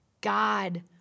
God